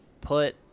put